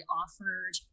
offered